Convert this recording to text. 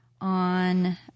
on